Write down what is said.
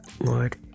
lord